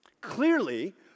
Clearly